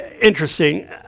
interesting